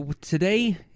Today